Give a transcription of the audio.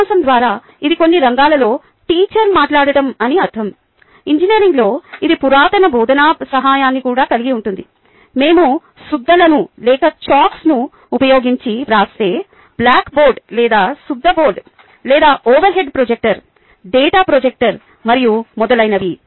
ఉపన్యాసం ద్వారా ఇది కొన్ని రంగాలలో టీచర్ మాట్లాడటం అని అర్ధం ఇంజనీరింగ్లో ఇది పురాతన బోధనా సహాయాన్ని కూడా కలిగి ఉంటుంది మేము సుద్దలను ఉపయోగించి వ్రాస్తే బ్లాక్ బోర్డ్ లేదా సుద్దబోర్డు లేదా overhead projector data projector మరియు మొదలైనవి